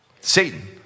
Satan